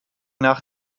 nach